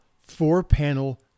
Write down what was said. four-panel